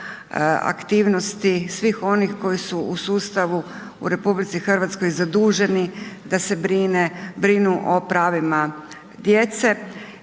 aktivnosti svih onih koji su u sustavu u RH zaduženi da se brinu o pravima djece